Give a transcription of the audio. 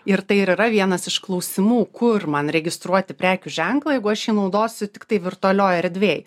ir tai yra vienas iš klausimų kur man registruoti prekių ženklą jeigu aš jį naudosiu tiktai virtualioj erdvėj